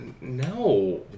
No